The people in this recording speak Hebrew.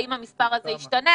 האם המספר הזה ישתנה?